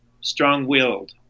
strong-willed